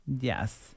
Yes